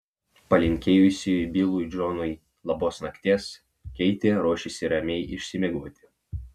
palinkėjusi bilui džonui labos nakties keitė ruošėsi ramiai išsimiegoti